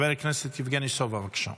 חבר הכנסת יבגני סובה, בבקשה.